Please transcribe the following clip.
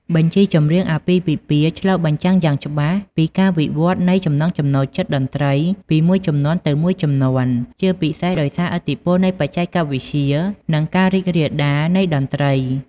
បញ្ជីចម្រៀងអាពាហ៍ពិពាហ៍ឆ្លុះបញ្ចាំងយ៉ាងច្បាស់ពីការវិវត្តន៍នៃចំណង់ចំណូលចិត្តតន្ត្រីពីមួយជំនាន់ទៅមួយជំនាន់ ជាពិសេសដោយសារឥទ្ធិពលនៃបច្ចេកវិទ្យា និងការរីករាលដាលនៃតន្ត្រី។